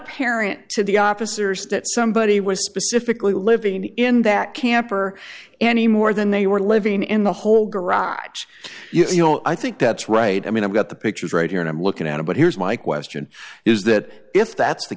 apparent to the opposite or state somebody was specifically living in that camper anymore than they were living in the whole garage you know i think that's right i mean i've got the pictures right here and i'm looking at it but here's my question is that if that's the